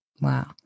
Wow